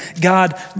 God